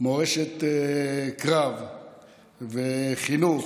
מורשת קרב וחינוך,